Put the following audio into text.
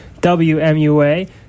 WMUA